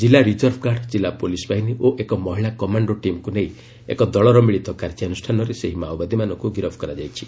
ଜିଲ୍ଲା reserve guard ଜିଲ୍ଲା ପୁଲିସ୍ ବାହିନୀ ଓ ଏକ ମହିଳା କମାଣ୍ଡୋ ଟିମ୍କୁ ନେଇ ଏକ ଦଳର ମିଳିତ କାର୍ଯ୍ୟାନୁଷାନରେ ସେହି ମାଓବାଦୀମାନଙ୍କୁ ଗିରଫ୍ କରାଯାଇଛି